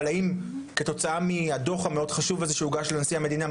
אבל האם כתוצאה מהדוח המאוד חשוב הזה שהוגש לנשיא המדינה,